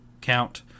count